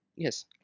Yes